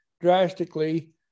drastically